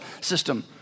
system